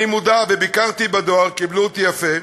ביקרתי בדואר, קיבלו אותי יפה,